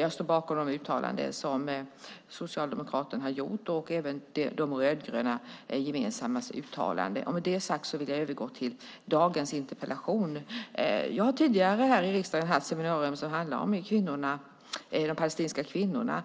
Jag står bakom de uttalanden som Socialdemokraterna gjort, och jag står även bakom De rödgrönas gemensamma uttalande. Med det sagt vill jag övergå till dagens interpellation. Jag har tidigare i riksdagen hållit seminarium som handlat om de palestinska kvinnorna.